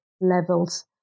levels